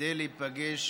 כדי להיפגש